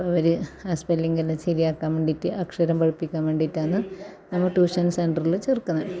അപ്പം അവർ ആ സ്പെല്ലിങ്ങെല്ലാം ശരിയാക്കാൻ വേണ്ടിയിട്ട് അക്ഷരം പഠിപ്പിക്കാൻ വേണ്ടിയിട്ടാണ് ഞങ്ങൾ ട്യൂഷൻ സെൻറ്ററിൽ ചേർക്കുന്നത്